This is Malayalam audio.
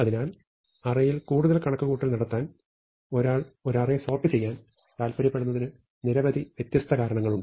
അതിനാൽ അറേയിൽ കൂടുതൽ കണക്കുകൂട്ടൽ നടത്താൻ ഒരാൾ ഒരു അറേ സോർട് ചെയ്യാൻ താൽപ്പര്യപ്പെടുന്നതിന് നിരവധി വ്യത്യസ്ത കാരണങ്ങളുണ്ട്